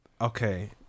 okay